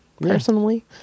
personally